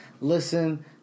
Listen